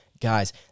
Guys